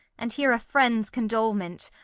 and hear a friend's condolement,